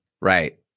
Right